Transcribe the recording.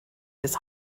this